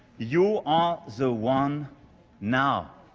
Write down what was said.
you are the one now